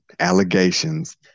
allegations